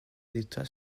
d’état